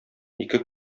ике